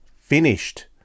finished